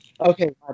Okay